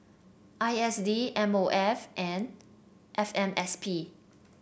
I S D M O F and F M S P